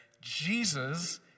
Jesus